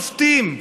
שופטים,